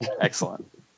Excellent